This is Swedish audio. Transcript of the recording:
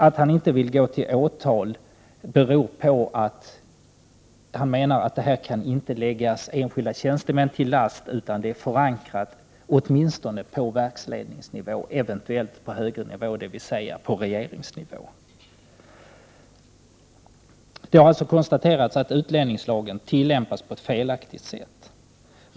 Att han inte vill väcka åtal beror på att han anser att felaktigheterna inte kan läggas enskilda tjänstemän till last utan är förankrade på åtminstone verksledningsnivå eller eventuellt på ännu högre nivå, dvs. i regeringen. Det har alltså konstaterats att utlänningslagen har tillämpats på ett felaktigt sätt.